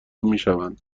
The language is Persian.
میشوند